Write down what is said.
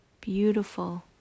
beautiful